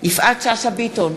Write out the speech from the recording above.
יפעת שאשא ביטון,